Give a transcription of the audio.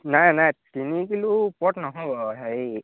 নাই নাই তিনি কিলো ওপৰত নহ'ব হেৰি